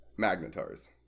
magnetars